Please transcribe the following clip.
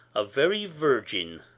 a very virgin.